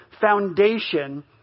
foundation